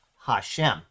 Hashem